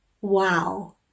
Wow